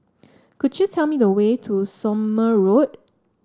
could you tell me the way to Somme Road